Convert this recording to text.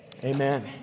Amen